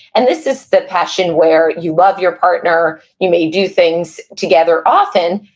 and this is the passion where you love your partner, you may do things together often,